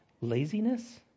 laziness